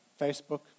facebook